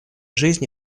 жизни